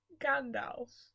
Gandalf